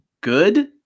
good